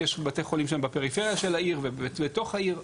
יש גם בתי חולים בפריפריה של העיר ובתוך העיר.